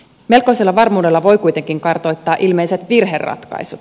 melkoisella varmuudella voi kuitenkin kartoittaa ilmeiset virheratkaisut